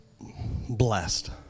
blessed